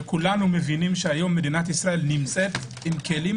וכולנו מבינים שהיום מדינת ישראל נמצאת עם כלים